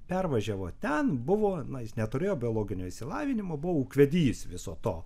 pervažiavo ten buvo na jis neturėjo biologinio išsilavinimo buvo ūkvedys viso to